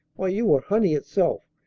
why, you were honey itself,